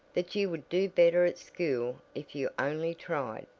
that you would do better at school if you only tried.